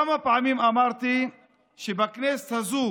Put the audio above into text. כמה פעמים אמרתי שבכנסת הזו